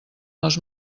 les